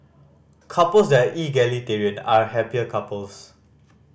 couples that are egalitarian are happier couples